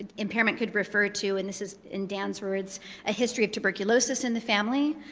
impairment could refer to and this is in dan's words a history of tuberculosis in the family,